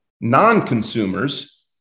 non-consumers